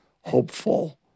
hopeful